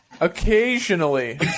Occasionally